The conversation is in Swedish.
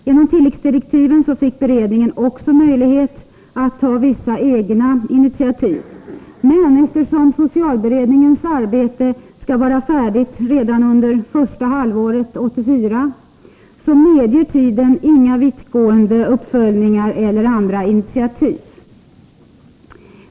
Genom tilläggsdirektiven fick beredningen också möjlighet att ta vissa egna initiativ. Men eftersom socialberedningens arbete skall vara färdigt redan under första halvåret 1984 medger inte tiden några vittgående uppföljningar eller andra initiativ.